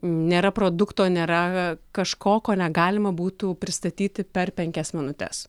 nėra produkto nėra kažko ko negalima būtų pristatyti per penkias minutes